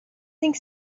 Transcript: think